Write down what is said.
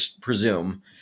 presume